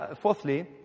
fourthly